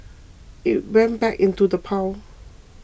it went back into the pile